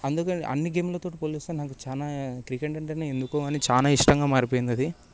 అందుకే అన్ని గేమ్లతో పోలిస్తే నాకు చాలా క్రికెట్ అంటేనే ఎందుకో అని చాలా ఇష్టంగా మారిపోయిందది